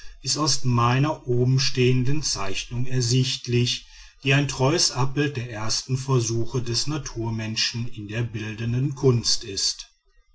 aus meiner obenstehenden zeichnung ersichtlich die ein treues abbild der ersten versuche des naturmenschen in der bildenden kunst ist